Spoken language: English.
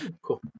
Cool